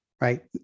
right